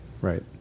Right